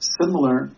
similar